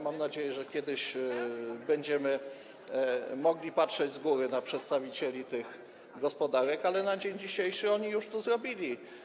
Mam nadzieję, że kiedyś będziemy mogli patrzeć z góry na przedstawicieli tych gospodarek, ale na dzień dzisiejszy oni już to zrobili.